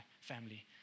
family